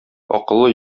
акыллы